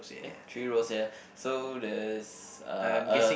eh three roles ya so there's uh a